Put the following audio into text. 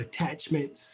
attachments